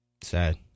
Sad